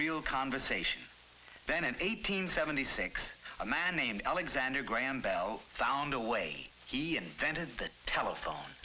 real conversation then an eight hundred seventy six a man named alexander graham bell found a way he invented the telephone